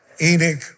Enoch